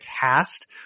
cast